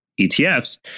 etfs